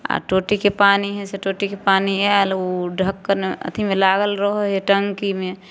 आओर टोँटीके पानी हइ से टोँटीके पानी आएल ओ ढक्कन अथीमे लागल रहै हइ टङ्कीमे